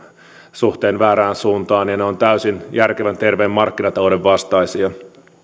suhteen väärään suuntaan ja ne ovat täysin järkevän terveen markkinatalouden vastaisia